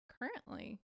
currently